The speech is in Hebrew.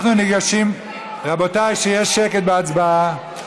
רבותיי, שיהיה שקט בהצבעה.